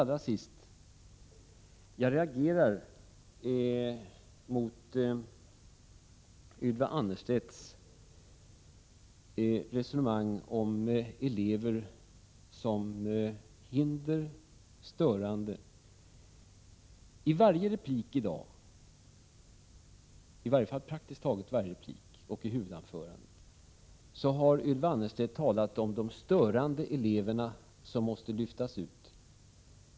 Allra sist: Jag reagerar mot Ylva Annerstedts resonemang om elever som är hinder, som är störande. I praktiskt taget varje replik i dag och i huvudanförandet har Ylva Annerstedt talat om de störande elever som måste lyftas ut.